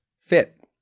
fit